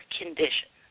condition